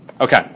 Okay